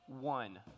one